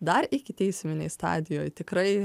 dar ikiteisminėj stadijoj tikrai